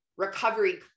recovery